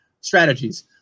strategies